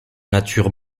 nature